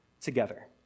together